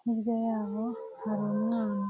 hirya yabo hari umwana.